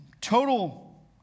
total